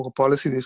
policy